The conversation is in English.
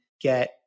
get